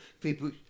people